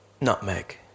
nutmeg